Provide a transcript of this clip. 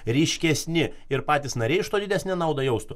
ryškesni ir patys nariai iš tuo didesnę naudą jaustų